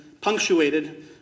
punctuated